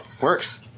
Works